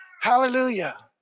Hallelujah